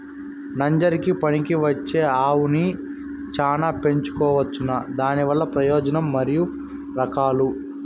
నంజరకి పనికివచ్చే ఆవులని చానా పెంచుకోవచ్చునా? దానివల్ల ప్రయోజనం మరియు రకాలు?